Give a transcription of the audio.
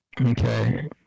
Okay